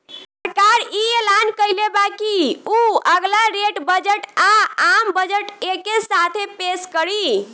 सरकार इ ऐलान कइले बा की उ अगला रेल बजट आ, आम बजट एके साथे पेस करी